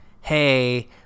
hey –